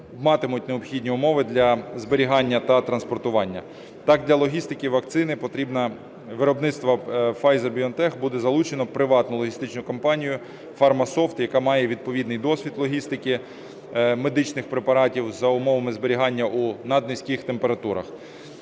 матимуть необхідні умови для зберігання та транспортування. Так для логістики вакцини виробництва Pfizer/BioNTech буде залучено приватну логістичну компанію Farmasoft, яка має відповідний досвід логістики медичних препаратів за умовами зберігання у наднизьких температурах.